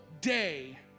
day